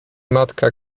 matka